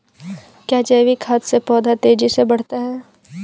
क्या जैविक खाद से पौधा तेजी से बढ़ता है?